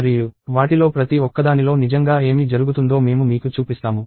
మరియు వాటిలో ప్రతి ఒక్కదానిలో నిజంగా ఏమి జరుగుతుందో మేము మీకు చూపిస్తాము